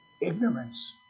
ignorance